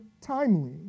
timely